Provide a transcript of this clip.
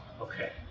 Okay